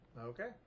Okay